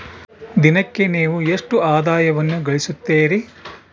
ದಿನಕ್ಕೆ ನೇವು ಎಷ್ಟು ಆದಾಯವನ್ನು ಗಳಿಸುತ್ತೇರಿ?